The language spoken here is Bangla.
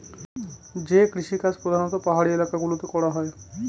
যে কৃষিকাজ প্রধানত পাহাড়ি এলাকা গুলোতে করা হয়